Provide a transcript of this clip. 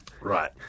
Right